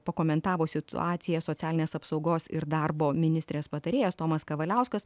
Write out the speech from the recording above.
pakomentavo situaciją socialinės apsaugos ir darbo ministrės patarėjas tomas kavaliauskas